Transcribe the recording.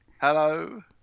Hello